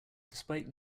despite